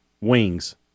Wings